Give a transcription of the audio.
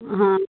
हां